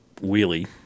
wheelie